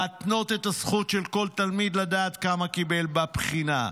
להתנות את הזכות של כל תלמיד לדעת כמה קיבל בבחינה.